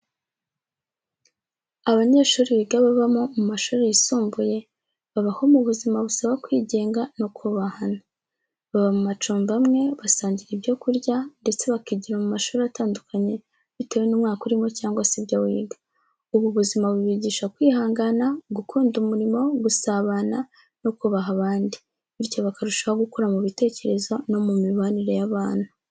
Abanyeshuri biga babamo mu mashuri yisumbuye, babaho mu buzima busaba kwigenga no kubahana. Baba mu macumbi amwe, basangira ibyo kurya, ndetse bakigira mu mashuri atandukanye bitewe n’umwaka urimo cyangwa se ibyo wiga. Ubu buzima bubigisha kwihangana, gukunda umurimo, gusabana no kubaha abandi, bityo bakarushaho gukura mu bitekerezo no mu mibanire y’abantu.